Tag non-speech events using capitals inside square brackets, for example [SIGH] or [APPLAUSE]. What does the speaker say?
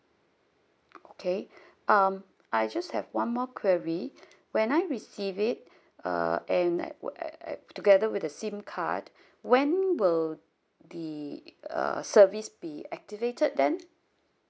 okay [BREATH] um I just have one more query when I receive it uh and like together with the SIM card when will the uh service be activated then